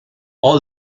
all